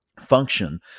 function